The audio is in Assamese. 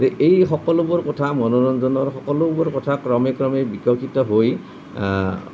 এই এই সকলোবোৰ কথা মনোৰঞ্জনৰ সকলোবোৰ কথা ক্ৰমে ক্ৰমে বিকশিত হৈ